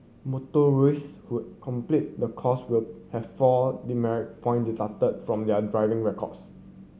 motorist who complete the course will have four demerit point deducted from their driving records